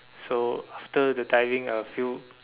so after the diving I'll feel